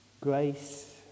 Grace